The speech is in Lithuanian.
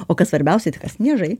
o kas svarbiausia tai kas niežai